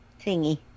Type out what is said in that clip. thingy